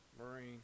Marine